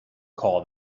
call